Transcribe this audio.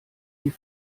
die